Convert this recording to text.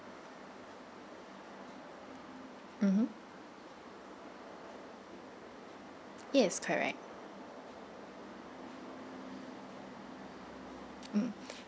mmhmm yes correct mm